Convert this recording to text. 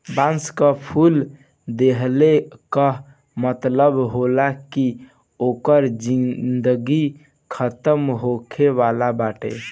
बांस कअ फूल देहले कअ मतलब होला कि ओकर जिनगी खतम होखे वाला बाटे